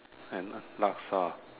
and Laksa